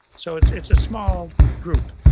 so it's it's a small group.